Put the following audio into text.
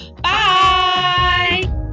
Bye